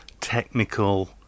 technical